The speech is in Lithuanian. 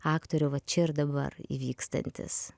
aktorių va čia ir dabar įvykstantis